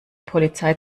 polizei